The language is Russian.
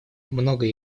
многое